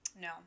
No